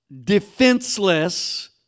defenseless